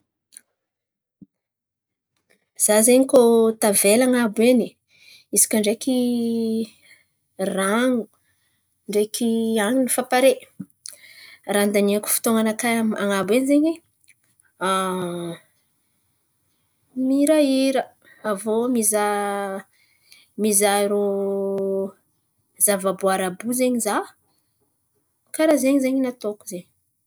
Za zen̈y koa tavela an̈abo eny, izy kà ndreky ran̈o ndreky hanin̈y fa pare, raha handaniako fotoan̈anakà am n̈abo eny zen̈y mihirahira aviô mizaha mizaha rô zava-boary àby io zen̈y za. Karà ze zen̈y ny ataoko zen̈y.